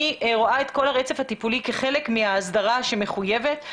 אני רואה את כל הרצף הטיפולי כחלק מההסדרה שמחויבת